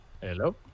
hello